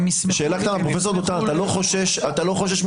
אני לא מכיר גוף אחד בישראל או מחוץ לישראל שגרם להתגברות